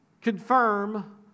confirm